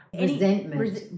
resentment